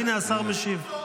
הינה, השר משיב.